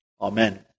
Amen